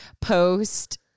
post